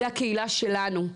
זו הקהילה שלנו,